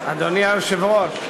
אדוני היושב-ראש,